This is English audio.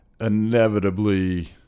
inevitably